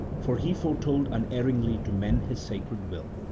for he foretold unerringly to men his sacred will.